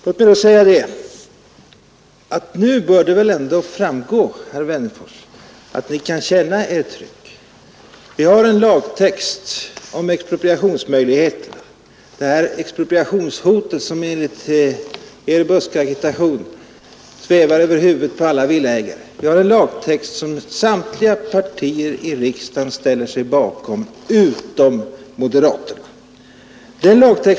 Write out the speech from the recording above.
Låt mig säga att det väl ändå nu bör framgå, herr Wennerfors, att ni kan känna er trygga inför det hot som enligt er buskagitation svävar över huvudet på alla villaägare. Vi har en lagtext beträffande expropriationsmöjligheterna som samtliga partier i riksdagen utom moderaterna ställer sig bakom.